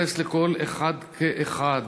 להתייחס לכל אחד ואחד,